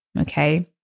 Okay